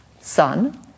Son